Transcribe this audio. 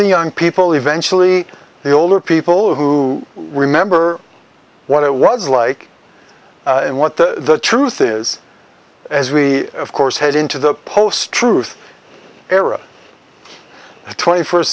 the young people eventually the older people who remember what it was like and what the truth is as we of course head into the post truth era twenty first